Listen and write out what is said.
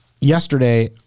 yesterday